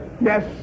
Yes